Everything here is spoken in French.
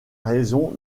raison